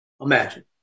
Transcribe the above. imagine